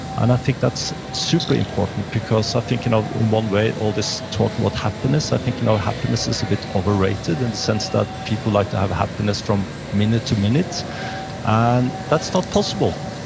and i think that's super important, because i think you know in one way, all this talk about happiness, i think you know happiness is a bit overrated in the sense that people like to have happiness from minute to minute and that's not possible.